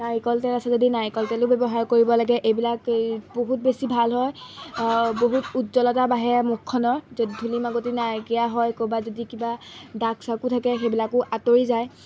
নাৰিকল তেল আছে যদি নাৰিকল তেলো ব্যৱহাৰ কৰিব লাগে এইবিলাক এই বহুত বেছি ভাল হয় বহুত উজ্জ্বলতা বাঢ়ে মুখখনৰ য'ত ধূলি মাকতি নাইকীয়া হয় ক'ৰবাত যদি কিবা ডাগ চাগো থাকে সেইবিলাকো আঁতৰি যায়